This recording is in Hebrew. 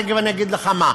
תכף אגיד לך מה.